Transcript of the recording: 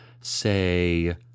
say